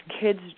kids